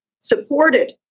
supported